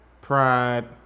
pride